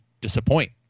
disappoint